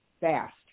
fast